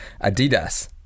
Adidas